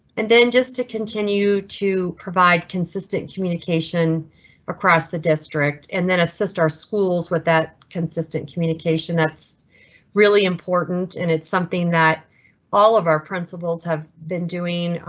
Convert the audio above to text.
and then just to continue to provide consistent communication across the district and then assist our schools with that consistent communication. that's really important. and it's something that all of our principles have been doing.